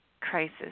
crisis